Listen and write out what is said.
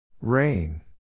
rain